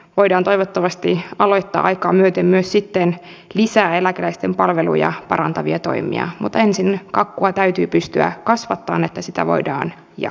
voidaan toivottavasti aloittaa aikaa myöten myös sitten lisää eläkeläisten palveluja parantavia toimia mutta ensin kakkua täytyy pystyä kasvattamaan että sitä voidaan jakaa